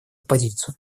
позицию